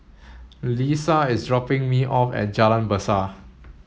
Lesa is dropping me off at Jalan Besar